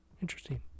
Interesting